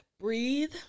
breathe